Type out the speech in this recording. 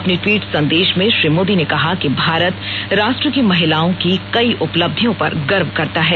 अपने ट्वीट संदेश में श्री मोदी ने कहा कि भारत राष्ट्र की महिलाओं की कई उपलब्धियों पर गौरान्वित है